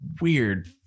weird